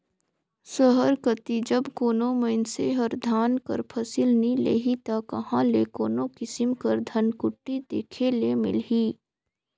सहर कती जब कोनो मइनसे हर धान कर फसिल नी लेही ता कहां ले कोनो किसिम कर धनकुट्टी देखे ले मिलही